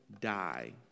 die